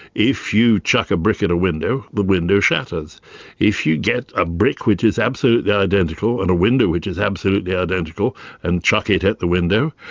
if you chuck a brick at a window, the window shatters if you get a brick which is absolutely identical and a window which is absolutely identical and chuck it at the window,